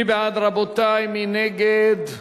מי בעד, רבותי, מי נגד?